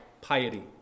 Piety